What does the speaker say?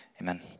Amen